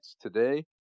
today